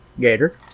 Gator